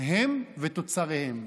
הם ותוצריהם.